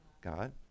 God